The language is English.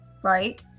right